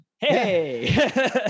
Hey